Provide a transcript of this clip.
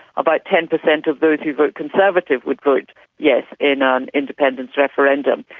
about ten per cent of those who vote conservative would vote yes in an independence referendum.